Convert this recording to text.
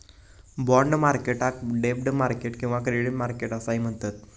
bond मार्केटाक डेब्ट market किंवा क्रेडिट मार्केट असाही म्हणतत